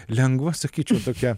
lengva sakyčiau su tokia